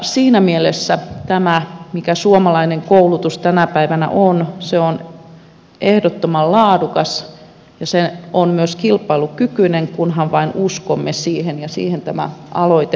siinä mielessä mitä tulee tähän mitä suomalainen koulutus tänä päivänä on se on ehdottoman laadukasta ja se on myös kilpailukykyistä kunhan vain uskomme siihen ja siihen tämä aloite pohjautuukin